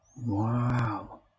Wow